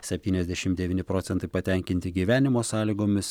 septyniasdešimt devyni procentai patenkinti gyvenimo sąlygomis